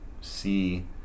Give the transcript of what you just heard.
see